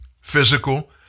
Physical